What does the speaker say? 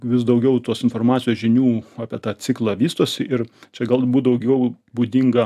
vis daugiau tos informacijos žinių apie tą ciklą vystosi ir čia galbūt daugiau būdinga